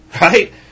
right